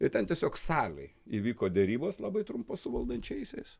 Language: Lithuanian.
ir ten tiesiog salėj įvyko derybos labai trumpos su valdančiaisiais